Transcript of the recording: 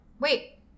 wait